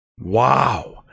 Wow